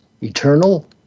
eternal